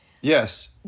Yes